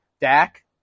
Dak